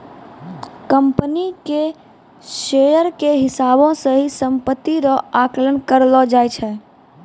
company के share के हिसाबौ से ही सम्पत्ति रो आकलन करलो जाय छै